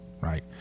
right